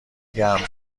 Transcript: گرم